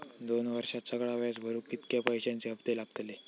दोन वर्षात सगळा व्याज भरुक कितक्या पैश्यांचे हप्ते लागतले?